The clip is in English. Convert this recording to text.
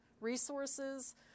resources